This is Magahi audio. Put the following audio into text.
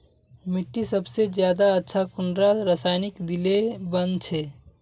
मिट्टी सबसे ज्यादा अच्छा कुंडा रासायनिक दिले बन छै?